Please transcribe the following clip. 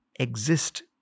exist